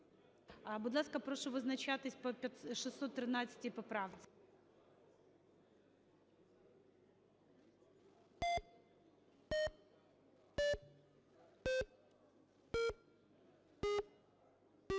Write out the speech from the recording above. Будь ласка, прошу визначатися по 599 поправці